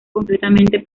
completamente